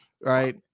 right